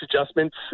adjustments